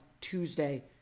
Tuesday